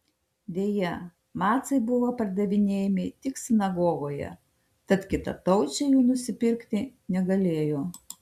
deja macai buvo pardavinėjami tik sinagogoje tad kitataučiai jų nusipirkti negalėjo